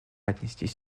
отнестись